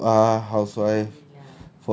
but here you are housewife